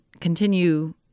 continue